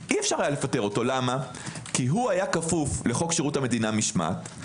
כי הוא היה כפוף לחוק שירות המדינה משמעת.